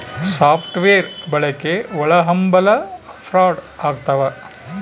soft wear ಬಳಕೆ ಒಳಹಂಭಲ fraud ಆಗ್ತವ